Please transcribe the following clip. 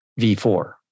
V4